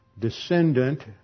descendant